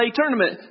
tournament